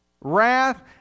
wrath